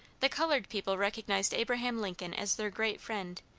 the colored people recognized abraham lincoln as their great friend,